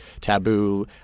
taboo